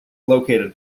located